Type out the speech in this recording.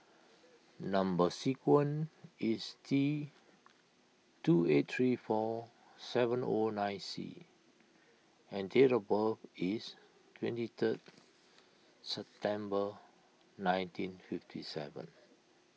Number Sequence is T two eight three four seven O nine C and date of birth is twenty third September nineteen fifty seven